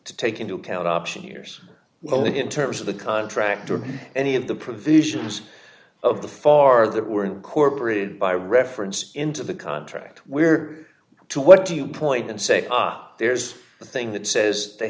to take into account option years only in terms of the contract or any of the provisions of the far that were incorporated by reference into the contract where to what do you point and say there's nothing that says they